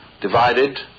divided